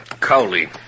Cowley